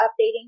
updating